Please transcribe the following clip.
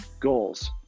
goals